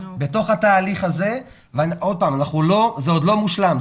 שוב, זה עוד לא מושלם.